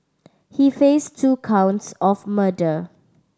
he face two counts of murder